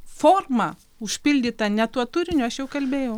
formą užpildytą ne tuo turinio aš jau kalbėjau